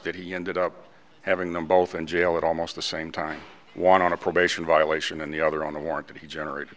that he ended up having them both in jail at almost the same time one on a probation violation and the other on the warrant that he generated